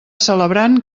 celebrant